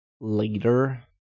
later